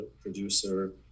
producer